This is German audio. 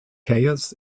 chaos